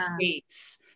space